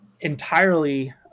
entirely